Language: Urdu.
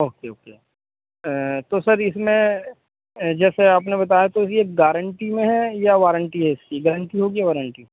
اوکے اوکے تو سر اس میں جیسے آپ نے بتایا تو یہ گارنٹی میں ہے یا وارنٹی ہے اس کی گارنٹی ہوگی یا وارنٹی